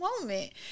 moment